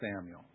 Samuel